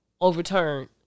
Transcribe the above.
overturned